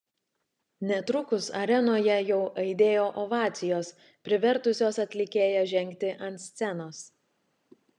netrukus arenoje jau aidėjo ovacijos privertusios atlikėją žengti ant scenos